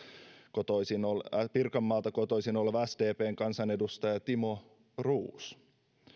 pirkanmaalta kotoisin oleva sdpn kansanedustaja timo roos